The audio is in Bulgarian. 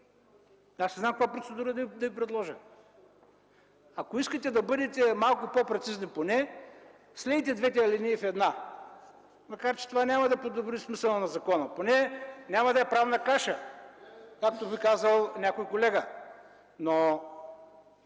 Не знам каква процедура да Ви предложа? Ако искате да бъдете малко по-прецизни, поне слейте двете алинеи в една, макар че това няма да подобри смисъла на закона, но поне няма да е правна каша, както би казал някой колега.